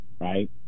right